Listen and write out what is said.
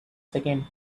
seconds